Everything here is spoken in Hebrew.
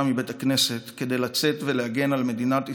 מבית הכנסת כדי לצאת ולהגן על מדינת ישראל,